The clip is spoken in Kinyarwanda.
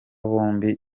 bombi